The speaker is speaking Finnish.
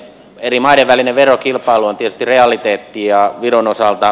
eri maiden välinen verokilpailu on tietysti realiteetti ja viron osalta